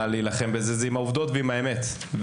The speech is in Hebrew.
להילחם בתופעה היא עם העובדות ועם האמת.